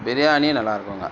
பிரியாணி நல்லா இருக்கும்ங்க